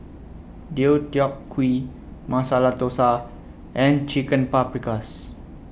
Deodeok Gui Masala Dosa and Chicken Paprikas